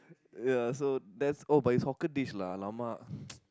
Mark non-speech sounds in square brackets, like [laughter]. ya so that's oh but it's hawker dish lah !alamak! [breath] [noise]